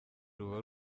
ruba